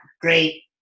great